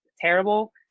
terrible